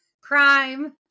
Crime